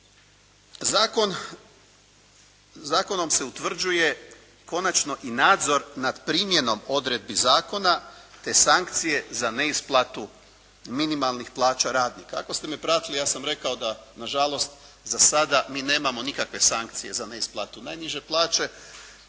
zakonom se utvrđuje konačno i nadzor nad primjenom odredbi zakona te sankcije za neisplatu minimalnih plaća radnika. Ako ste me pratili ja sam rekao da nažalost za sada mi nemamo nikakve sankcije za neisplatu najniže plaće,